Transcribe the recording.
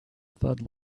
thud